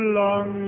long